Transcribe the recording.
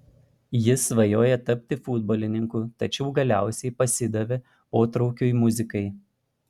jis svajojo tapti futbolininku tačiau galiausiai pasidavė potraukiui muzikai